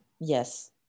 Yes